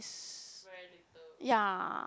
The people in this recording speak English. ya